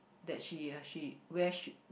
that she uh she where she